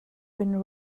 been